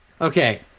Okay